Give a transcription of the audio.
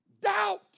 doubt